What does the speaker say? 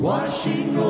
Washing